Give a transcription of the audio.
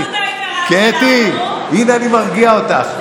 קטי, הינה, אני מרגיע אותך.